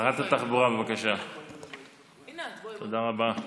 תודה רבה,